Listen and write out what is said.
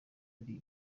muri